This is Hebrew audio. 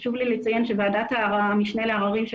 חשוב לי לציין שוועדת המשנה לערערים של